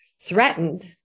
threatened